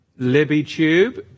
LibbyTube